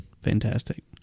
Fantastic